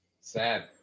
Sad